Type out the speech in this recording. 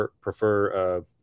prefer